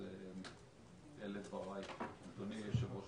אדוני יושב-ראש